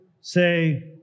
say